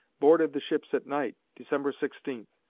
boarded the ships at night, december sixteen,